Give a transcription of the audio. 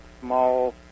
small